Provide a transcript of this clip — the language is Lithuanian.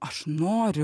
aš noriu